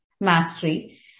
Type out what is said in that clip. mastery